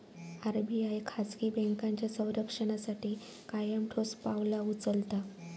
RBI खाजगी बँकांच्या संरक्षणासाठी कायम ठोस पावला उचलता